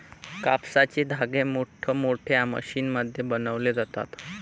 कापसाचे धागे मोठमोठ्या मशीनमध्ये बनवले जातात